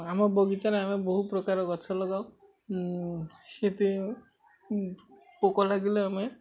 ଆମ ବଗିଚାରେ ଆମେ ବହୁ ପ୍ରକାର ଗଛ ଲଗାଉ ସେଥି ପୋକ ଲାଗିଲେ ଆମେ